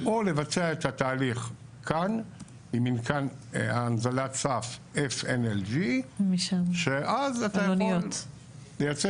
או לבצע את התהליך כאן עם מתקן הנזלה צף FNLG שאז אתה יכול לייצא